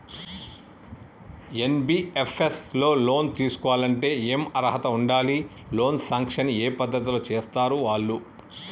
NBFS లో loan తీస్కోవాలంటే ఏం అర్హత ఉండాలి? లోన్ సాంక్షన్ ఏ పద్ధతి లో చేస్తరు వాళ్లు?